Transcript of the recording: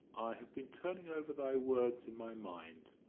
i have been turning over thy words in my mind,